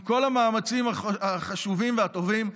עם כל המאמצים החשובים והטובים,